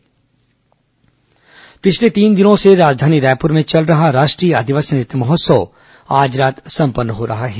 आदिवासी नृत्य महोत्सव पिछले तीन दिनों से राजधानी रायपुर में चल रहा राष्ट्रीय आदिवासी नृत्य महोत्सव आज रात संपन्न हो रहा है